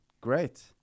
great